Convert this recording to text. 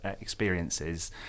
experiences